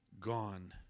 gone